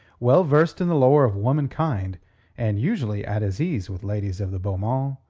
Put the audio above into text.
well versed in the lore of womankind and usually at his ease with ladies of the beau-monde,